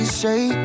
say